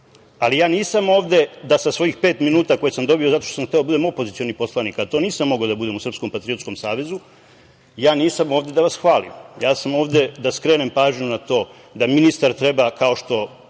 ali nisam ovde da sa svojih pet minuta koje sam dobio zato što sam hteo da budem opozicioni poslanik, a to nisam mogao da budem u Srpskom patriotskom savezu, nisam ovde da vas hvalim. Ovde sam da skrenem pažnju na to da ministar treba kao što